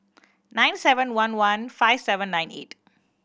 nine seven one one five seven nine eight